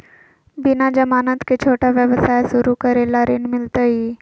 बिना जमानत के, छोटा व्यवसाय शुरू करे ला ऋण मिलतई?